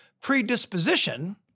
predisposition